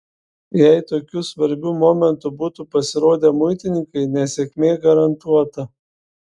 jei tokiu svarbiu momentu būtų pasirodę muitininkai nesėkmė garantuota